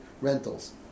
rentals